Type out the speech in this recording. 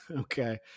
Okay